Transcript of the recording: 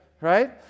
right